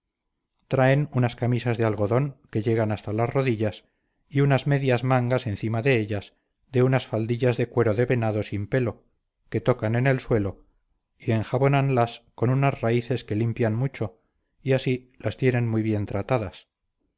traen unas camisas de algodón que llegan hasta las rodillas y unas medias mangas encima de ellas de unas faldillas de cuero de venado sin pelo que tocan en el suelo y enjabónanlas con unas raíces que limpian mucho y así las tienen muy bien tratadas